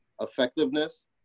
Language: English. effectiveness